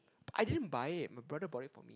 I didn't buy it my brother bought it for me